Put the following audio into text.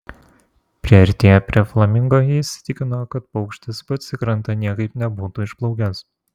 priartėję prie flamingo jie įsitikino kad paukštis pats į krantą niekaip nebūtų išplaukęs